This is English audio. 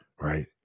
right